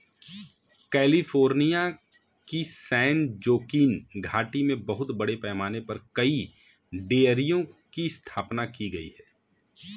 California की San Joaquin घाटी में बहुत बड़े पैमाने पर कई डेयरियों की स्थापना की गई है